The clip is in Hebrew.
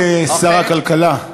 אדוני שר הכלכלה,